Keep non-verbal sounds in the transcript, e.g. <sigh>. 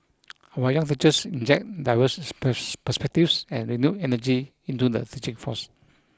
our young teachers inject diverse <unintelligible> perspectives and renewed energy into the teaching force